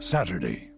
Saturday